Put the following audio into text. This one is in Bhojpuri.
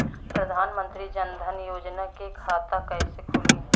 प्रधान मंत्री जनधन योजना के खाता कैसे खुली?